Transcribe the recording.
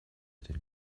den